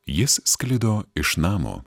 jis sklido iš namo